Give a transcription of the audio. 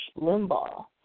Limbaugh